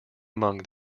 among